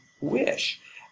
wish